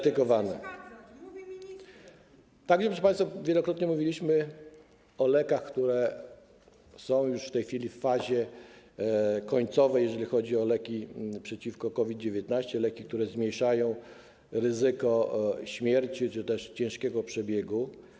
Także, proszę państwa, wielokrotnie mówiliśmy o lekach, które są już w tej chwili w fazie końcowej, jeżeli chodzi o leki przeciwko COVID-19, leki, które zmniejszają ryzyko śmierci czy też ciężkiego przebiegu.